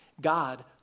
God